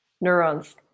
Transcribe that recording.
neurons